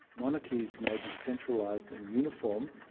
monarchies may be centralised and uniform,